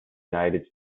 united